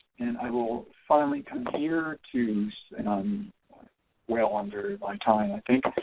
and i will finally come here to and i'm well under my time i think.